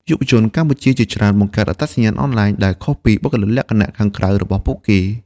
យុវជនកម្ពុជាជាច្រើនបង្កើតអត្តសញ្ញាណអនឡាញ ដែលខុសពីបុគ្គលិកលក្ខណៈខាងក្រៅរបស់ពួកគេ។